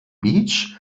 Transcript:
beach